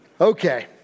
Okay